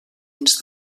dins